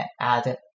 add